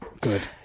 Good